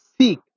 seek